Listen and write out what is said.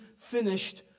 finished